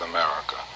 America